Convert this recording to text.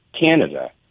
Canada